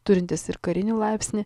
turintis ir karinį laipsnį